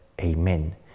Amen